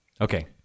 Okay